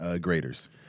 graders